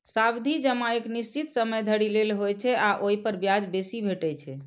सावधि जमा एक निश्चित समय धरि लेल होइ छै आ ओइ पर ब्याज बेसी भेटै छै